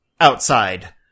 outside